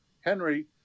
Henry